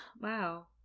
Wow